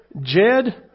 Jed